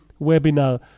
webinar